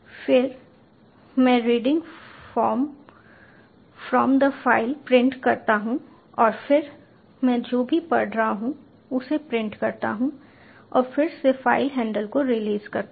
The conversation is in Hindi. फिर मैं 'reading from the file' print करता हूं और फिर मैं जो भी पढ़ा गया हूं उसे प्रिंट करता हूं और फिर से फाइल हैंडल को रिलीज करता हूं